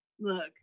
look